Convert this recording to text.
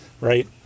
Right